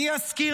אני אזכיר,